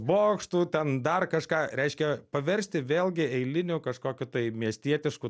bokštų ten dar kažką reiškia paversti vėlgi eiliniu kažkokiu tai miestietišku